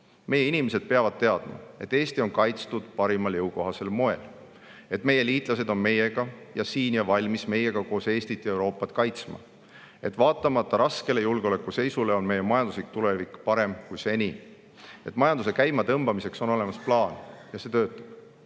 Meie inimesed peavad teadma, et Eesti on kaitstud parimal jõukohasel moel, et meie liitlased on meiega ja siin ning valmis meiega koos Eestit ja Euroopat kaitsma, et vaatamata raskele julgeolekuseisule on meie majanduslik tulevik parem kui seni, et majanduse käimatõmbamiseks on olemas plaan ja see töötab,